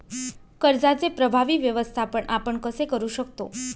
कर्जाचे प्रभावी व्यवस्थापन आपण कसे करु शकतो?